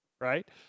right